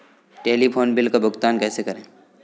Telephone bill का भुगतान कैसे करें?